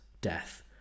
death